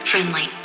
Friendly